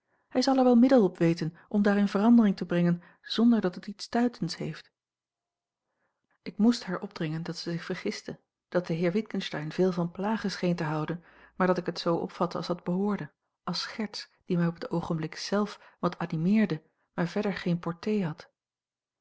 hij zal er wel middel op weten om daarin verandering te brengen zonder dat het iets stuitends heeft ik moest haar opdringen dat zij zich vergiste dat de heer witgensteyn veel van plagen scheen te houden maar dat ik het zoo opvatte als dat behoorde als scherts die mij op het oogenblik zelf wat animeerde maar verder geen portée had